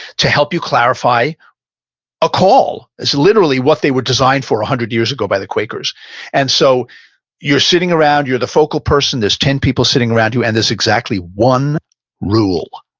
to help you clarify a call is literally what they were designed for a hundred years ago by the quakers and so you're sitting around, you're the focal person, there's ten people sitting around you and there's exactly one rule,